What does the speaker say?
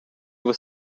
were